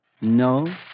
No